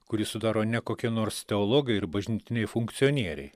kurį sudaro ne kokie nors teologai ir bažnytiniai funkcionieriai